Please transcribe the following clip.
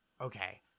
okay